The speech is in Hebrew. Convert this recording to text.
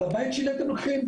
על הבית שלי שאתם לוקחים?